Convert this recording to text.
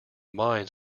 minds